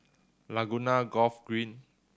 Laguna Golf Green